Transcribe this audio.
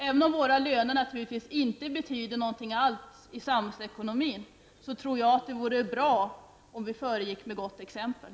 Även om våra löner naturligtvis inte betyder någonting alls för samhällsekonomin, tror jag att det vore bra om vi föregick med gott exempel.